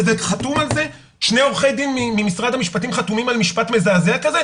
וזה חתום על זה שני עורכי דין ממשרד המשפטים חתומים על משפט מזעזע כזה?